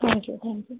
thank you thank you